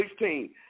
16